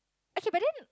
actually but then